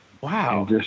wow